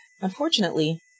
unfortunately